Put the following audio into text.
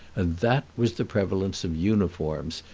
and that was the prevalence of uniforms,